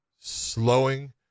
slowing